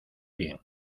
bien